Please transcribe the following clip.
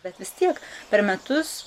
bet vis tiek per metus